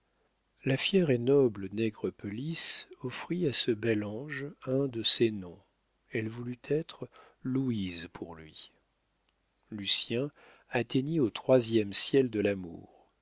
la fière et noble nègrepelisse offrit à ce bel ange un de ses noms elle voulut être louise pour lui lucien atteignit au troisième ciel de l'amour